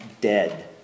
dead